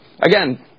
Again